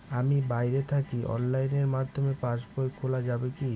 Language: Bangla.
আমি বাইরে থাকি অনলাইনের মাধ্যমে পাস বই খোলা যাবে কি?